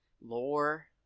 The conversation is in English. lore